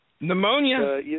pneumonia